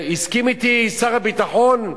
הסכים אתי שר הביטחון,